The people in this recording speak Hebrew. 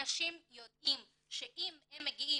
אנשים יודעים שאם הם מגיעים,